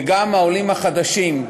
וגם העולים החדשים,